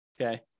okay